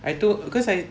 I told cause I